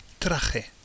Traje